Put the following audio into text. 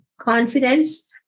confidence